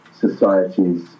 societies